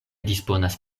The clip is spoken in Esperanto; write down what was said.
disponas